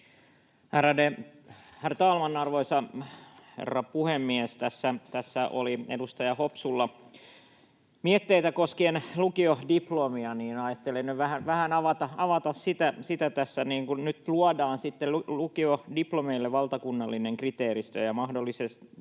Ärade herr talman, arvoisa herra puhemies! Kun tässä oli edustaja Hopsulla mietteitä koskien lukiodiplomia, niin ajattelin nyt vähän avata sitä tässä. Kun nyt luodaan sitten lukiodiplomille valtakunnallinen kriteeristö ja mahdollistetaan